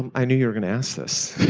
and i knew you were going to ask this.